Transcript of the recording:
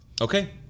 Okay